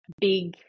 big